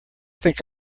think